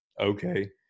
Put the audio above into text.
okay